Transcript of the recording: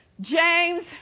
James